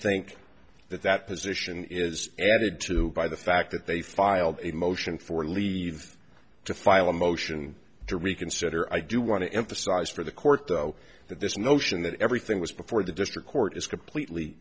think that that position is added to by the fact that they filed a motion for leave to file a motion to reconsider i do want to emphasize for the court though that this notion that everything was before the district court is completely